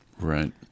Right